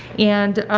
and